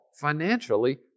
financially